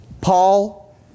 Paul